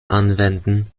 anwenden